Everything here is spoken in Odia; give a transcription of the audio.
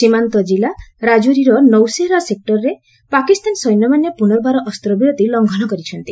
ସୀମାନ୍ତ କିଲ୍ଲୁ ରାଜୌରୀର ନୌସେରା ସେକ୍ଟରରେ ପାକିସ୍ତାନ ସୈନ୍ୟମାନେ ପୁନର୍ବାର ଅସ୍ତ୍ରବିରତି ଲଙ୍ଘନ କରିଛନ୍ତି